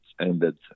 ended